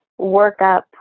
workup